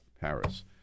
Paris